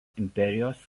imperijos